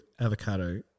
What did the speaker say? avocado